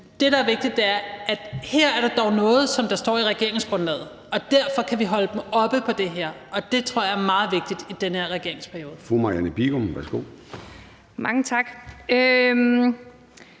Det, der er vigtigt, er, at der her dog er noget, som står i regeringsgrundlaget, og derfor kan vi holde dem op på det her. Og det tror jeg er meget vigtigt i den her regeringsperiode. Kl. 21:00 Formanden (Søren